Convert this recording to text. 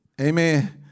Amen